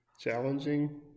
challenging